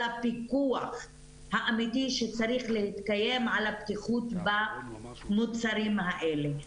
הפיקוח האמיתי שצריך להתקיים על הבטיחות במוצרים האלה.